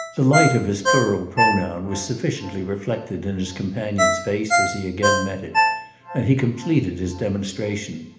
the light of his plural pronoun was sufficiently reflected in his companion's face as he again met it and he completed his demonstration.